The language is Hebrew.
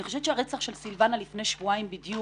אני חושבת שהרצח של סילבנה לפני שבועיים בדיוק,